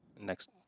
next